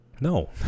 No